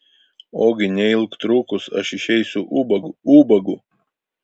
ogi neilgtrukus aš išeisiu ubagu ubagu